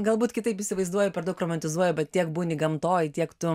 galbūt kitaip įsivaizduoju per daug romantizuoju bet tiek būni gamtoj tiek tu